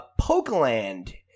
PokeLand